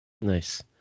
Nice